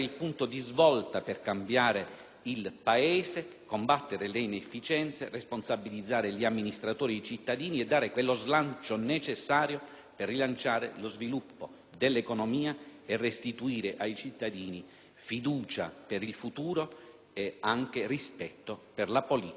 il Paese, combattere le inefficienze, responsabilizzare gli amministratori e i cittadini e dare quello slancio necessario per rilanciare lo sviluppo dell'economia e restituire ai cittadini fiducia per il futuro e anche rispetto per la politica e per le istituzioni.